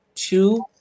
two